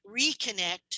reconnect